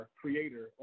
creator